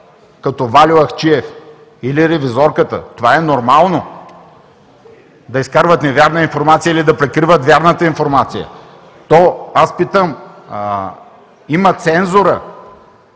като Вальо Ахчиев, или Ревизорката това е нормално – да изкарват нормална информация, или да прикриват вярната информация, то аз питам: има цензура,